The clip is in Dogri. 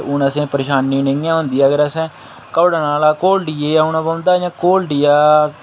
ते हून असेंगी परेशानी नेईं ऐ होंदी अगर असें कोड़ नाला कोललियै औना पौंदा जां कोलडियै